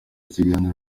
ikiganiro